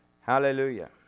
Hallelujah